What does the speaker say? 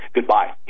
Goodbye